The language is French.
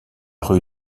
rue